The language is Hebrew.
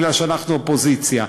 כי אנחנו אופוזיציה.